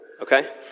okay